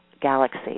galaxy